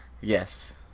yes